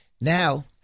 Now